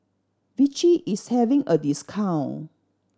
Vichy is having a discount